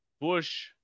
Bush